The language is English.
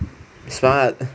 smart